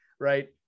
right